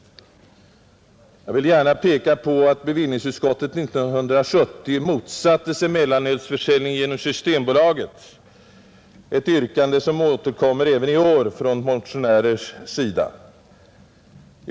Jag vill gärna peka på att bevillningsutskottet 1970 motsatte sig mellanölsförsäljning genom Systembolaget, ett yrkande som återkommer även i år från motionärers sida.